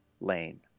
Lane